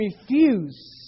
refuse